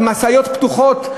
על משאיות פתוחות.